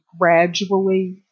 gradually